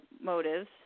motives